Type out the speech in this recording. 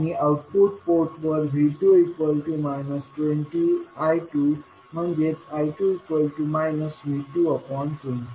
आणि आउटपुट पोर्टवर V2 20I2I2 V220आहे